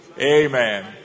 Amen